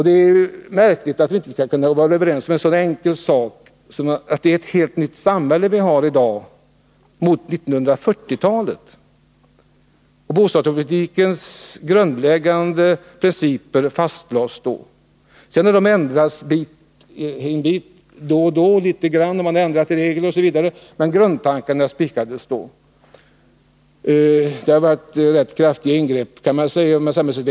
Det är märkligt att vi inte skall kunna vara överens om en så enkel sak som att vi har ett helt nytt samhälle i dag i jämförelse med det vi hade på 1940-talet, då bostadspolitikens grundläggande principer fastslogs. De har sedan bit för bit ändrats något i fråga om vissa regler, men grundtankarna slogs fast på 1940-talet.